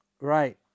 Right